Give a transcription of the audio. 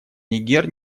нигер